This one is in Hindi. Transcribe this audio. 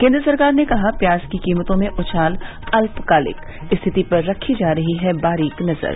केन्द्र सरकार ने कहा प्याज की कीमतों में उछाल अल्पकालिक स्थिति पर रखी जा रही है बारीक नजर